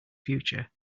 future